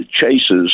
chases